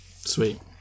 Sweet